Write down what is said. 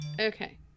Okay